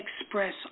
express